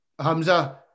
Hamza